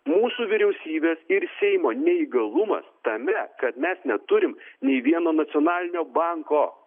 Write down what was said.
mūsų vyriausybės ir seimo neįgalumas tame kad mes neturim nei vieno nacionalinio banko